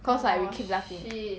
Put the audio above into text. cause like we keep laughing